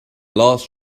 last